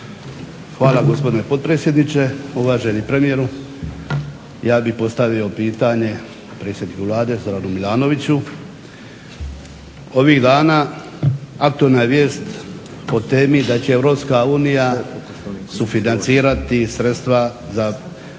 Hvala gospodine potpredsjedniče, uvaženi premijeru. Ja bih postavio pitanje predsjedniku Vlade Zoranu Milanoviću. Ovih dana aktualna je vijest o temi da će Europska unija sufinancirati sredstva za